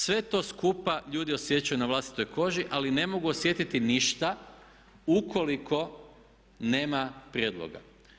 Sve to skupa ljudi osjećaju na vlastitoj koži ali ne mogu osjetiti ništa ukoliko nema prijedloga.